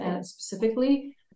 specifically